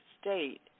state